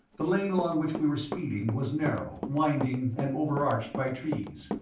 the lane along which we were speeding was narrow, winding, and over-arched by trees.